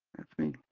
that's me,